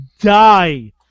die